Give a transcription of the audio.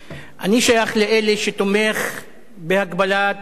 אני שייך לאלה שתומכים בהגבלת וקציבת